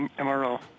MRO